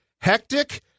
hectic